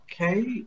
Okay